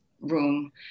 room